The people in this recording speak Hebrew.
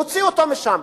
הוציאו אותו משם.